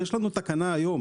אבל יש לנו תקנה היום,